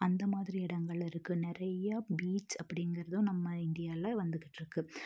அந்தமாதிரி இடங்கள் இருக்குது நிறைய பீச் அப்படிங்குறதும் நம்ம இந்தியாவில வந்துகிட்ருக்கு